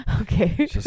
Okay